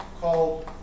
called